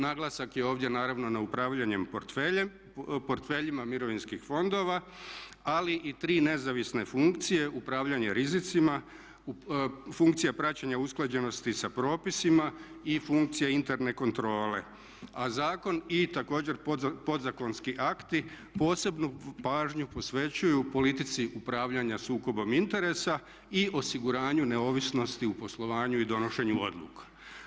Naglasak je ovdje naravno na upravljanje portfeljima mirovinskih fondova, ali i tri nezavisne funkcije upravljanje rizicima, funkcija praćenja usklađenosti sa propisima i funkcija interne kontrole i također podzakonski akti posebnu pažnju posvećuju politici upravljanja sukobom interesa i osiguranju neovisnosti u poslovanju i donošenju odluka.